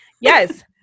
Yes